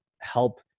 help